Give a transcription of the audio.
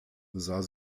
sah